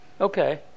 Okay